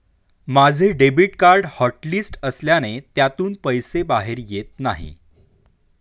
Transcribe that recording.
माझे debit card hotlist असल्याने त्यातून पैसे बाहेर येत नाही